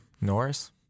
Norris